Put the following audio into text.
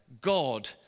God